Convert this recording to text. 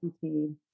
team